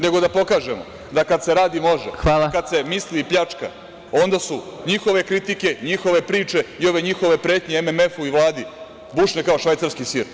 Nego da pokažemo da kad se radi - može, a kad se misli i pljačka, onda su njihove kritike, njihove priče i ove njihove pretnje MMF-u i Vladi bušne kao švajcarski sir.